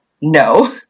No